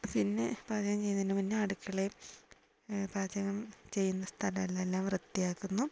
പിന്നെ പാചകം ചെയ്യുന്നതിനു മുന്നേ അടുക്കളേയും പാചകം ചെയ്യുന്ന സ്ഥലവുമെല്ലാം വൃത്തിയാക്കുന്നു